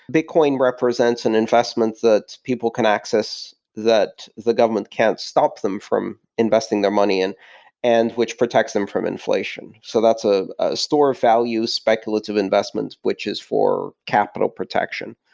bitcoin represents an investment that people can access that the government can't stop them from investing their money and and which protects them from inflation. so that's a store of value speculative investment, which is for capital protection.